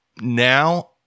now